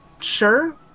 sure